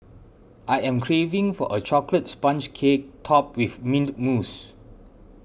I am craving for a Chocolate Sponge Cake Topped with Mint Mousse